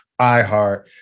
iHeart